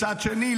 מצד שני,